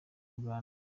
uganda